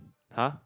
!huh!